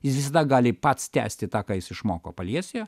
jis visada gali pats tęsti tą ką jis išmoko paliesiuje